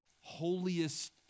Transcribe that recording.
holiest